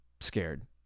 scared